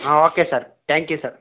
ಹಾಂ okay sir thank you sir